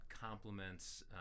complements